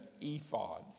ephod